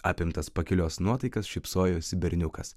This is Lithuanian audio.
apimtas pakilios nuotaikos šypsojosi berniukas